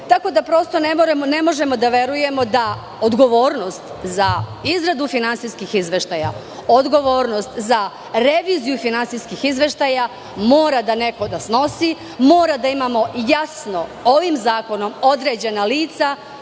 da, prosto ne možemo da verujemo da odgovornost za izradu finansijskih izveštaja, odgovornost za reviziju finansijskih izveštaja mora neko da snosi, moramo jasno ovim zakonom da imamo